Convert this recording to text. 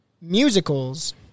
musicals